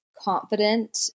confident